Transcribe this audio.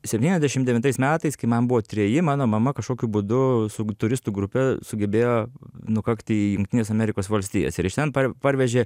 septyniasdešim devintais metais kai man buvo treji mano mama kažkokiu būdu su turistų grupe sugebėjo nukakti į jungtines amerikos valstijas ir iš ten par parvežė